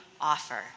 offer